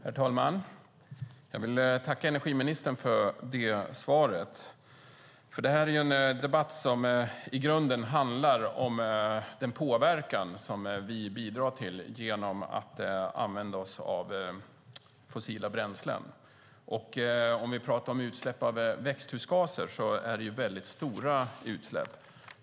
Herr talman! Jag vill tacka energiministern för svaret. Detta är en debatt som i grunden handlar om den påverkan som vi bidrar till genom att använda oss av fossila bränslen. Om vi talar om utsläpp av växthusgaser är det fråga om stora utsläpp.